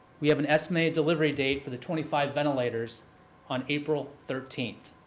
we have an estimated delivery date for the twenty five ventilators on april thirteenth.